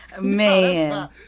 man